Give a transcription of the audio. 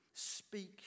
speak